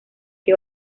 que